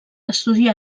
estudià